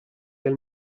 del